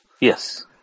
Yes